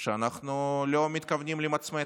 שאנחנו לא מתכוונים למצמץ,